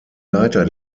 leiter